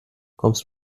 kommst